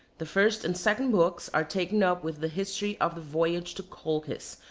the first and second books are taken up with the history of the voyage to colchis,